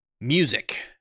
Music